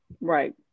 Right